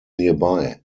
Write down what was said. nearby